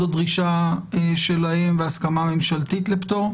זאת דרישה שלהם והסכמה ממשלתית לפטור?